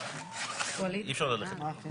בסדר, אז בינתיים אנחנו נועלים את הישיבה,